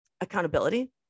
accountability